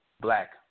Black